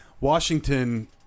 Washington